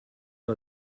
per